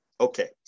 Okay